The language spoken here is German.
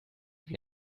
wir